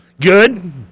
Good